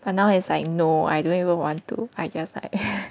but now it's like no I don't even want to I guess I